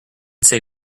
say